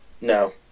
No